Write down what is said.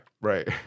Right